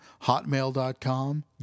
Hotmail.com